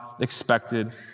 expected